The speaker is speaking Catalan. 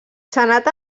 senat